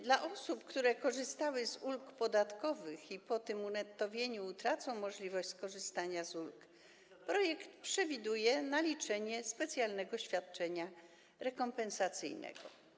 Dla osób, które korzystały z ulg podatkowych i po tym unettowieniu utracą możliwość skorzystania z ulg, projekt przewiduje naliczenie specjalnego świadczenia rekompensacyjnego.